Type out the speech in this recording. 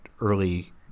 early